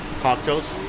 cocktails